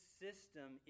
system